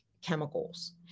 chemicals